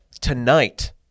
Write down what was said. tonight